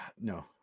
No